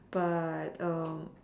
but